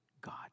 God